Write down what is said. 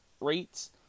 rates